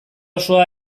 osoa